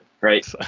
right